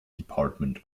department